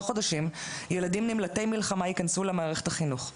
חודשים ילדים נמלטי מלחמה ייכנסו למערכת החינוך.